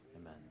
Amen